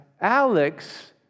Alex